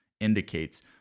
indicates